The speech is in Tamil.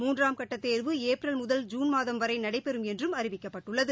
மூன்றாம் கட்ட தேர்வு ஏப்ரல் முதல் ஜூன் மாதம் வரை நடைபெறும் என்று அறிவிக்கப்பட்டுள்ளது